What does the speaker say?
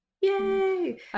yay